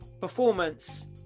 performance